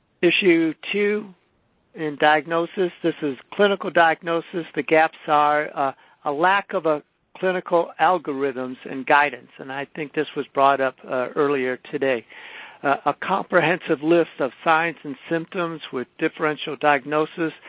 issue two in diagnosis. this is clinical diagnosis, the gaps are a lack of ah clinical algorithms and guidance-and i think this was brought up earlier today-a ah comprehensive list of signs and symptoms with differential diagnosis,